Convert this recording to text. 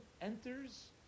enters